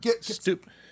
stupid